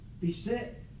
beset